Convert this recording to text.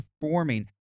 performing